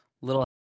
Little